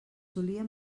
solia